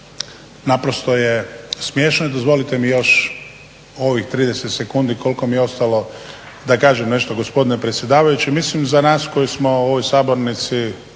naprosto smiješno. I dozvolite mi još u ovih 30 sekundi koliko mi je ostalo da kažem nešto gospodine predsjedavajući. Mislim za nas koji smo u ovoj sabornici